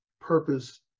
purpose